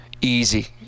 easy